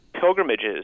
pilgrimages